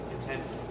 intense